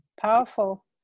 Powerful